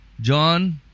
john